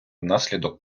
внаслідок